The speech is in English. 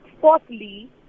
Fourthly